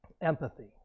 Empathy